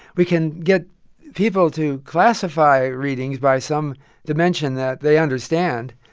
we can get people to classify readings by some dimension that they understand,